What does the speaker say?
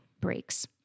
breaks